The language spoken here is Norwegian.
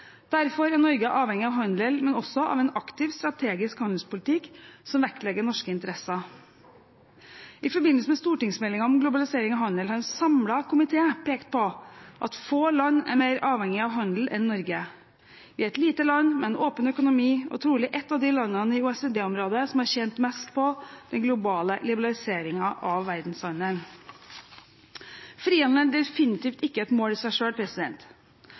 Derfor er Norge avhengig av handel, men også av en aktiv, strategisk handelspolitikk som vektlegger norske interesser. I forbindelse med stortingsmeldingen om globalisering og handel har en samlet komité pekt på at få land er mer avhengig av handel enn Norge. Vi er et lite land med en åpen økonomi, og er trolig ett av de landene i OECD-området som har tjent mest på den globale liberaliseringen av verdenshandelen. Frihandel er definitivt ikke et mål i seg